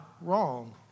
wrong